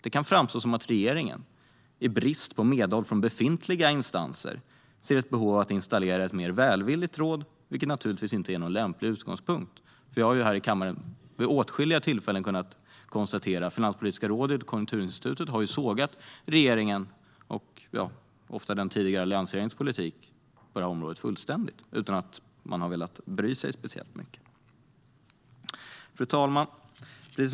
Det kan framstå som att regeringen i brist på medhåll från befintliga instanser ser ett behov av att inrätta ett mer välvilligt råd, vilket naturligtvis inte är någon lämplig utgångspunkt. Vi har ju här i kammaren vid åtskilliga tillfällen kunnat konstatera att Finanspolitiska rådet och Konjunkturinstitutet har sågat regeringens och ofta den tidigare alliansregeringens politik på området fullständigt utan att man har brytt sig speciellt mycket. Fru talman!